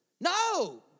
No